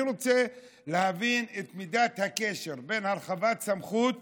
אני רוצה להבין את מידת הקשר בין הרחבת סמכות